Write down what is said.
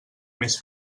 més